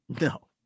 No